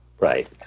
Right